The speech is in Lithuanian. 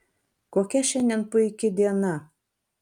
kokia šiandien puiki diena